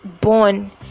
born